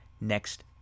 next